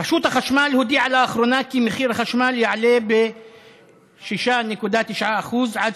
רשות החשמל הודיעה לאחרונה כי מחיר החשמל יעלה ב-6.9% עד